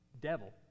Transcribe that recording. devil